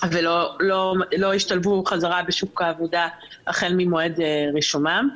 ולא השתלבו בחזרה בשוק העבודה החל ממועד רישומם.